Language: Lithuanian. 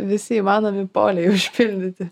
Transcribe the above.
visi įmanomi poliai užpildyti